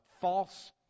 false